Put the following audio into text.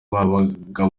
babaga